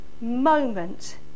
moment